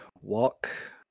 walk